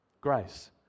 Grace